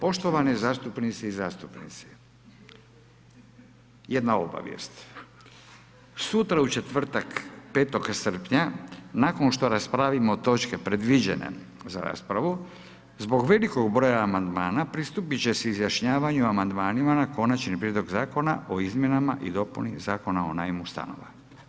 Poštovane zastupnici i zastupnice, jedna obavijest, sutra u četvrtak 5. srpnja, nakon što raspravimo točke predviđene za raspravu, zbog velikog broja amandmana pristupiti će se izjašnjavanju amandmanima, o konačnom prijedlog Zakona o izmjenama i dopuni Zakona o najmu stanova.